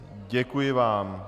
Děkuji vám.